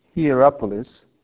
Hierapolis